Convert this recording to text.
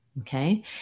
Okay